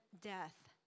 death